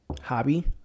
hobby